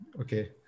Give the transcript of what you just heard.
Okay